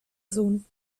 sohn